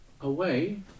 away